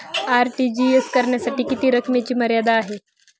RTGS करण्यासाठी किती रकमेची मर्यादा आहे?